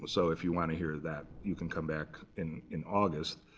so if you want to hear that, you can come back in in august.